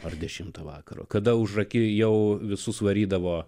ar dešimtą vakaro kada užraki jau visus varydavo